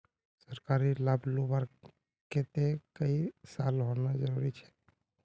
सरकारी लाभ लुबार केते कई साल होना जरूरी छे?